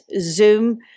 Zoom